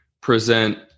present